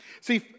See